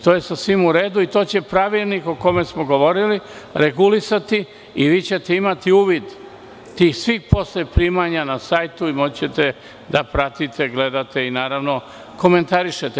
To je sasvim u redu, i to će pravilnik o kome smo govorili regulisati i vi ćete imati uvid svih primanja na sajtu, i moći ćete da pratite, gledate, i naravno komentarišete.